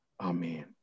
Amen